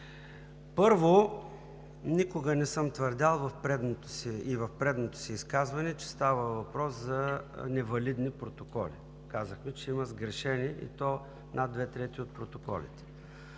Първо, никога не съм твърдял и в предното си изказване, че става въпрос за невалидни протоколи. Казахме, че има сгрешени и то над две трети от протоколите.